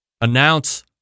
announce